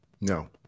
No